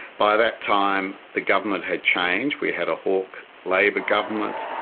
by that time the government had changed, we had a hawke labor government,